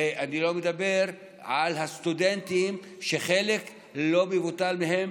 ואני לא מדבר על הסטודנטים, שחלק לא מבוטל מהם